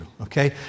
Okay